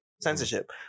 censorship